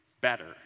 better